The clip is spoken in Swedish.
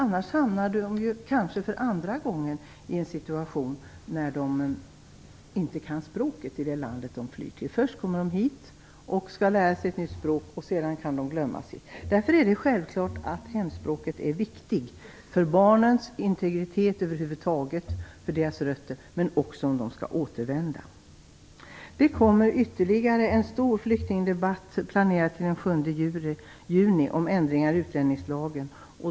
De hamnar kanske för andra gången i en situation då de inte kan språket i det land som de kommer till. Först kommer de hit och skall lära sig ett nytt språk. Sedan kanske de glömmer sitt hemspråk. Hemspråket är självfallet viktigt för barnens integritet över huvud taget, och det är viktigt med tanke på deras rötter. Det är också viktigt om de skall återvända. Ytterligare en stor flyktingdebatt är planerad till den 7 juni om ändringar i utlänningslagen.